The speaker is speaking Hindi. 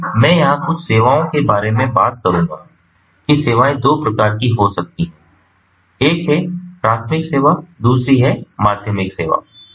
इसलिए मैं यहां कुछ सेवाएं के बारे में बात करूंगा कि सेवाएं दो प्रकार की हो सकती हैं एक है प्राथमिक सेवा दूसरी है माध्यमिक सेवा